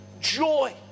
joy